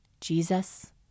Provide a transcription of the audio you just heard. Jesus